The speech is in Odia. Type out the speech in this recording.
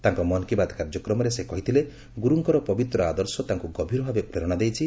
ତାଙ୍କ ମନ୍ କୀ ବାତ୍ କାର୍ଯ୍ୟକ୍ରମରେ ସେ କହିଥିଲେ ଗୁରୁଙ୍କର ପବିତ୍ର ଆଦର୍ଶ ତାଙ୍କୁ ଗଭୀର ଭାବେ ପ୍ରେରଣା ଦେଇଛି